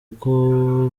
uko